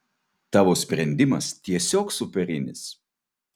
tavo sprendimas tiesiog superinis